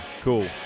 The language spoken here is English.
cool